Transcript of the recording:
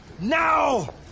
now